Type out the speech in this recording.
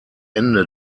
ende